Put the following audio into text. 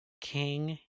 King